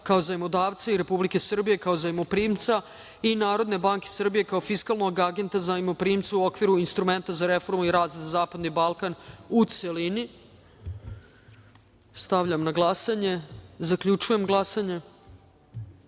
kao zajmodavca i Republike Srbije kao zajmoprimca i Narodne banke Srbije kao fiskalnog agenta zajmoprimca, u okviru Instrumenta za reformu i rast za Zapadni Balkan, u celini. Zaključujem glasanje: